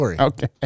Okay